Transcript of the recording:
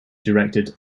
directed